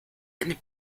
eine